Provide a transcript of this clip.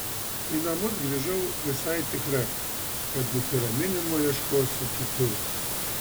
į namus grįžau visai tikra kad nusiraminimo ieškosiu kitur